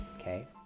okay